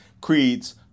creeds